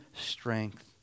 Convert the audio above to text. strength